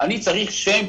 אני צריך שם,